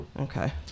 Okay